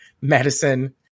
medicine